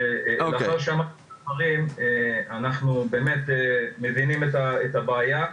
לאחר שאמרתי את הדברים, אנחנו מבינים את הבעיה.